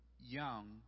young